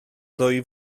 ddwy